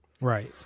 Right